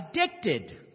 addicted